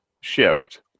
shift